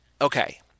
okay